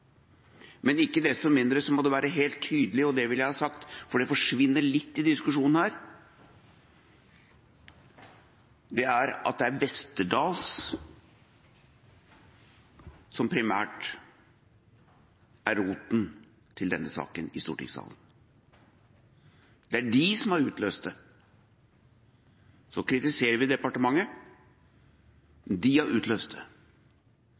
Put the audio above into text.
Ikke desto mindre må det være helt tydelig – og det vil jeg ha sagt, for det forsvinner litt i diskusjonen her – at det er Westerdals som primært er roten til denne saken i stortingssalen. Det er de som har utløst det – vi kritiserer departementet, men de har utløst det.